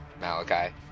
Malachi